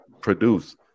produce